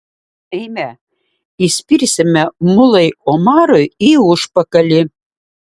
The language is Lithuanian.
eime įspirsime mulai omarui į užpakalį